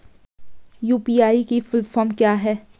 UPI की full form क्या है?